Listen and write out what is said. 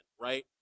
right